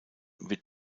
wird